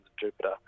Jupiter